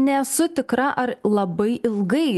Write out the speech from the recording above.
nesu tikra ar labai ilgai